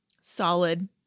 Solid